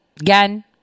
Again